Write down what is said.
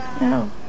No